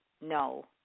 no